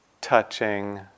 touching